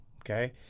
okay